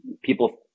people